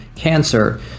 cancer